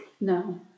No